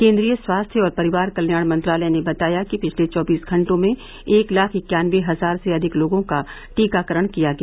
केन्द्रीय स्वास्थ्य और परिवार कल्याण मंत्रालय ने बताया कि पिछले चौबीस घंटों में एक लाख इक्यानबे हजार से अधिक लोगों का टीकाकरण किया गया